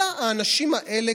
אלא האנשים האלה,